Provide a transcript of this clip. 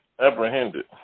apprehended